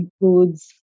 includes